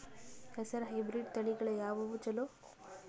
ಹೆಸರ ಹೈಬ್ರಿಡ್ ತಳಿಗಳ ಯಾವದು ಚಲೋ?